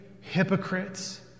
hypocrites